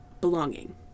belonging